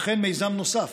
וכן יש מיזם נוסף,